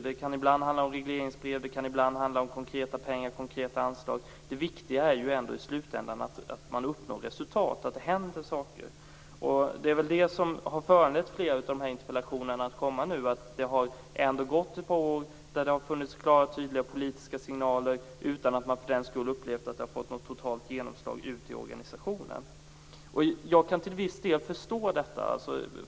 Det kan ibland handla om regleringsbrev eller om konkreta pengar och anslag. Det viktiga är ändå i slutändan att man uppnår resultat och att det händer saker. Det är det som har föranlett flera av interpellationerna. Det har ändå gått ett par år där det har funnits klara och tydliga politiska signaler utan att man för den skull har upplevt att det fått något totalt genomslag ute i organisationen. Jag kan till viss del förstå detta.